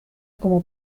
como